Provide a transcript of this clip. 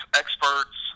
experts